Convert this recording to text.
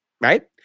Right